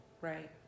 Right